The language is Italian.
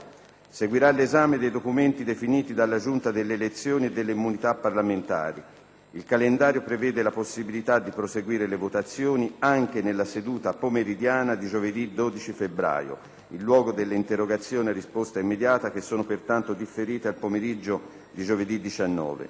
Seguirà l'esame dei documenti definiti dalla Giunta delle elezioni e delle immunità parlamentari. Il calendario prevede la possibilità di proseguire le votazioni anche nella seduta pomeridiana di giovedì 12 febbraio, in luogo delle interrogazioni a risposta immediata che sono pertanto differite al pomeriggio di giovedì 19.